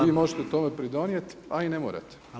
Vi možete tome pridonijeti, ali i ne morate.